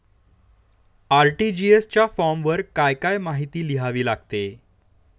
RTGS च्या फॉर्मवर काय काय माहिती लिहावी लागते?